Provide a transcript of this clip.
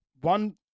one